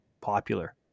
popular